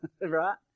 Right